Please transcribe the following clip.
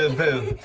and boo!